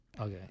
okay